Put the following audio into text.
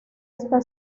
esta